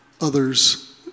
others